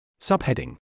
Subheading